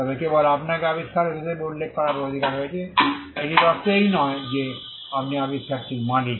তবে কেবল আপনাকে আবিষ্কারক হিসাবে উল্লেখ করার অধিকার রয়েছে এটির অর্থ এই নয় যে আপনি আবিষ্কারটির মালিক